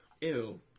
Ew